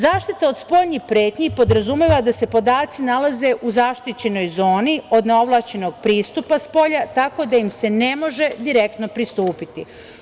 Zaštita od spoljnih pretnji podrazumeva da se podaci nalaze u zaštićenoj zoni od neovlašćenog pristupa spolja tako da im se ne može direktno pristupiti.